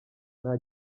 nta